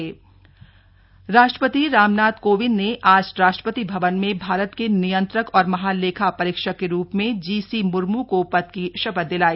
नियंत्रक और महालेखा परीक्षक राष्ट्रपति राम नाथ कोविंद ने आज राष्ट्रपति भवन में भारत के नियंत्रक और महालेखा परीक्षक के रूप में जीसी मुर्मू को पद की शपथ दिलाई